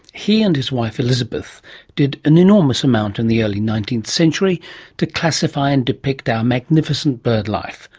he and his wife elizabeth did an enormous amount in the early nineteenth century to classify and depict our magnificent bird life.